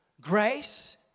Grace